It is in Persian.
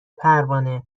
پروانه